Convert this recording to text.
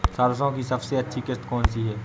सरसो की सबसे अच्छी किश्त कौन सी है?